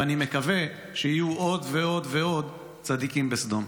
ואני מקווה שיהיו עוד ועוד ועוד צדיקים בסדום.